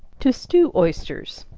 to stew oysters.